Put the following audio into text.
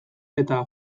eta